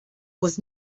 was